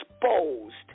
exposed